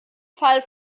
fall